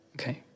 Okay